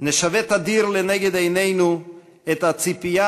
נשווה תדיר לנגד עינינו את הציפייה